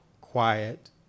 quiet